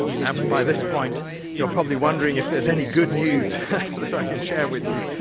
by this point you're properly wondering if there's any good news that i can share with you,